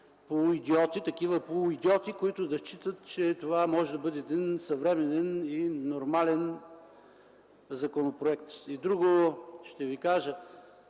„полуидиоти”, такива полуидиоти, които да считат, че това може да бъде един съвременен и нормален законопроект. Ще Ви кажа